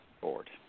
Board